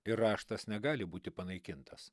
ir raštas negali būti panaikintas